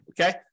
Okay